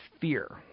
fear